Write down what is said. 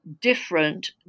different